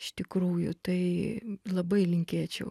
iš tikrųjų tai labai linkėčiau